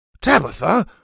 Tabitha